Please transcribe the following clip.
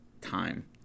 time